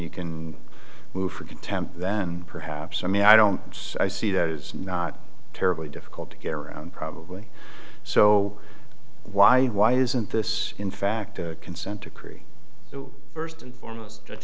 you can move for contempt then perhaps i mean i don't see that it's not terribly difficult to get around probably so why why isn't this in fact a consent decree first and foremost